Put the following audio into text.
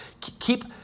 Keep